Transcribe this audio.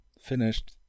finished